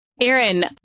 Aaron